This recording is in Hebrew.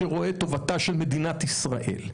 שרואה את טובתה של מדינת ישראל,